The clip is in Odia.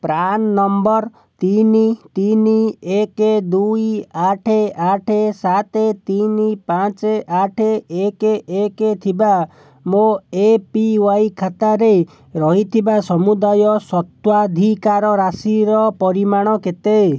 ପ୍ରାନ୍ ନମ୍ବର ତିନି ତିନି ଏକ ଦୁଇ ଆଠ ଆଠ ସାତ ତିନି ପାଞ୍ଚ ଆଠ ଏକ ଏକ ଥିବା ମୋ ଏ ପି ୱାଇ ଖାତାରେ ରହିଥିବା ସମୁଦାୟ ସ୍ୱତ୍ୱାଧିକାର ରାଶିର ପରିମାଣ କେତେ